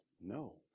no